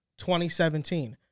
2017